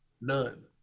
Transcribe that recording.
none